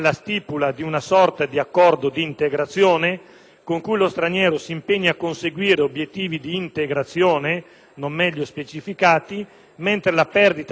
con cui lo straniero si impegna a conseguire obiettivi di integrazione, non meglio specificati, mentre la perdita dei crediti determina l'espulsione immediata dello straniero.